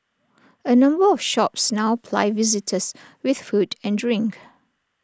A number of shops now ply visitors with food and drink